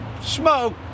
smoke